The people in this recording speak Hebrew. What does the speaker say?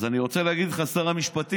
אז אני רוצה להגיד לך, שר המשפטים: